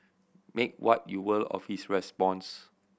make what you will of his response